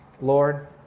Lord